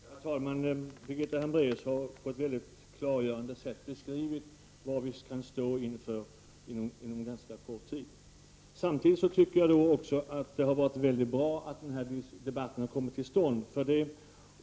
Herr talman! Birgitta Hambraeus har på ett klargörande sätt beskrivit vad vi kan stå inför inom en ganska kort tid. Samtidigt tycker jag att det har varit mycket bra att den här debatten har kommit till stånd.